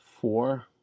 four